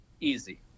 Easy